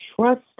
Trust